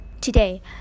Today